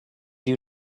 you